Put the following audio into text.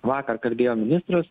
vakar kalbėjo ministras